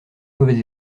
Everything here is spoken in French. mauvais